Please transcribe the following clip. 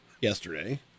yesterday